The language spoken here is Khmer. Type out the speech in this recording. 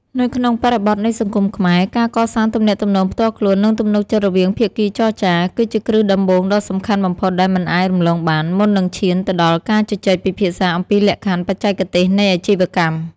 នៅក្នុងបរិបទនៃសង្គមខ្មែរ ការកសាងទំនាក់ទំនងផ្ទាល់ខ្លួន និងទំនុកចិត្តរវាងភាគីចរចា គឺជាគ្រឹះដំបូងដ៏សំខាន់បំផុតដែលមិនអាចរំលងបាន មុននឹងឈានទៅដល់ការជជែកពិភាក្សាអំពីលក្ខខណ្ឌបច្ចេកទេសនៃអាជីវកម្ម។